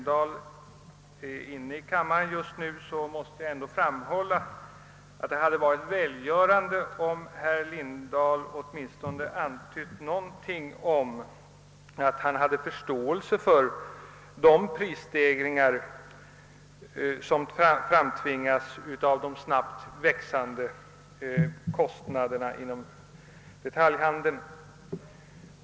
Det hade dock varit välgörande om han åtminstone antytt någonting om att han hade förståelse för de prisstegringar som framtvingas av de snabbt växande kostnaderna inom detaljhandeln.